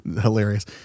hilarious